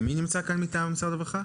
מי נמצא כאן מטעם משרד הרווחה?